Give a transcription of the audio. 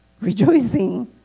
rejoicing